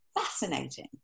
fascinating